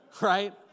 right